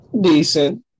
Decent